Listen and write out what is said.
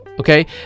okay